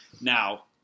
Now